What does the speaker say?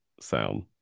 sound